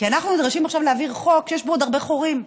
כי אנחנו נדרשים עכשיו להעביר חוק שיש בו עוד הרבה חורים.